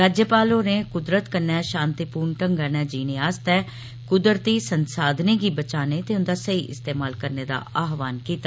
राज्यपल होरें क्दरत कन्नै शांतिप्र्ण ढंगै नै जीने आस्तै क्दरती संसादनें गी बचाने ते उन्दा सही इस्तेमाल करने दा आहवान कीता